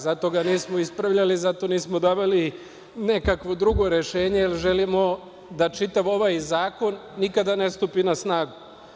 Zato ga nismo ispravljali, zato nismo davali nikakvo drugo rešenje, jer želimo da čitav ovaj zakon nikada ne stupi na snagu.